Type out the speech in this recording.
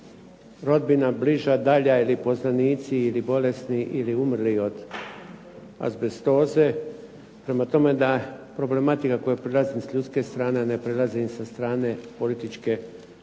rodbina bliža, dalja ili poznanici ili bolesni ili umrli od azbestoze. Prema tome, da problematika kojoj prilazim s ljudske strane a ne prilazim sa strane političke opcije,